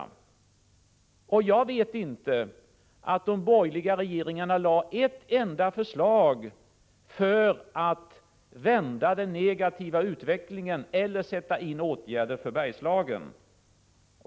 Såvitt jag vet lade de borgerliga regeringarna inte fram ett enda förslag för att vända den negativa utvecklingen eller för att åtgärder skulle vidtas för Bergslagen.